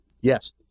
Yes